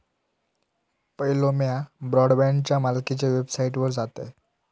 पयलो म्या ब्रॉडबँडच्या मालकीच्या वेबसाइटवर जातयं